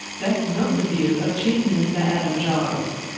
that's not the view of chief minister adam giles.